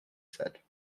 said